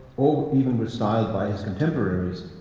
or even was stylized by his contemporaries,